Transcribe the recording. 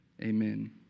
amen